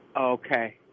okay